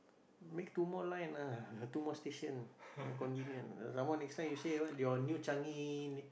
make two more line ah two more station convenient some more next time you say what your new Changi